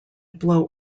blow